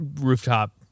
rooftop